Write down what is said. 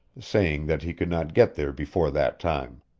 saying that he could not get there before that time.